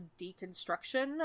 deconstruction